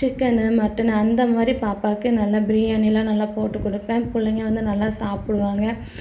chicken mutton அந்த மாதிரி பாப்பாக்கு நல்லா பிரியாணியெலாம் நல்லா போட்டுக் கொடுப்பேன் பிள்ளைங்க வந்து நல்லா சாப்பிடுவாங்க